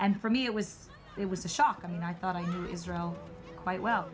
and for me it was it was a shock i mean i thought i israel quite well